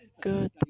good